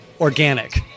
organic